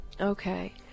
Okay